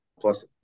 plus